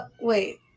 wait